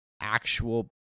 actual